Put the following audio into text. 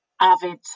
avid